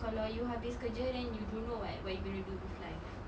kalau you habis kerja then you don't know what what you gonna do with life